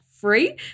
free